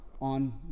on